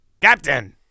Captain